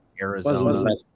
Arizona